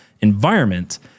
environment